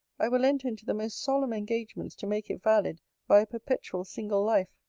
i will enter into the most solemn engagements to make it valid by a perpetual single life.